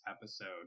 episode